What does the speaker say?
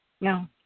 No